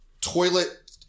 toilet